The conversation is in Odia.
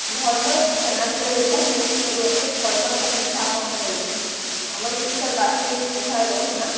ଭଲ ଛେନାରେ ତିଆରି ହୋଇଛି ସାର୍ ନିଶ୍ଚିନ୍ତ ରୁହନ୍ତୁ ଭଲ ସାର୍ ମିଠା ଆପଣଙ୍କୁ ମିଳିଯିବ ଆମର କିଛି ସାର୍ ବାସି ମିଠା ରଖୁନା